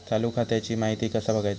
चालू खात्याची माहिती कसा बगायचा?